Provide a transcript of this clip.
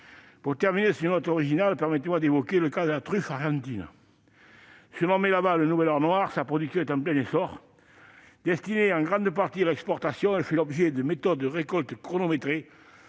Pour terminer sur une note originale, permettez-moi d'évoquer le cas de la truffe argentine, surnommée là-bas le « nouvel or noir ». Sa production est en plein essor. Destinée en grande partie à l'exportation, elle fait l'objet d'une méthode de récolte chronométrée